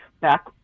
back